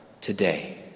today